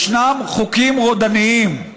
ישנם חוקים רודניים,